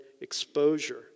exposure